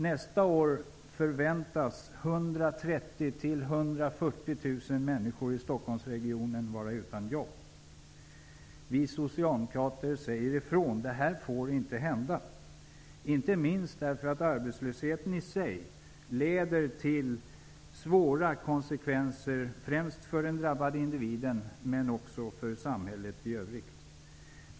Nästa år förväntas 130 000 Vi socialdemokrater säger ifrån: Det här får inte hända, inte minst därför att arbetslösheten i sig leder till svåra konsekvenser, främst för den drabbade individen men också för samhället i övrigt.